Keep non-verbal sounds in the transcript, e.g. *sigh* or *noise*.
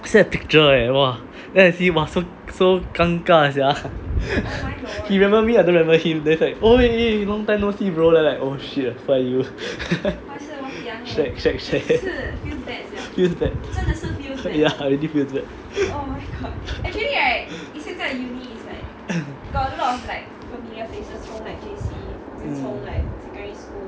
I send a picture eh !wah! then I see !wah! so so 尴尬 sia *laughs* he remember me I don't remember him then like oh wait wait wait long time no see bro~ oh shit I forgot you shag shag shag feels bad ya legit feels bad